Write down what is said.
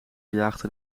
jaagden